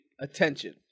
attention